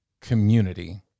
community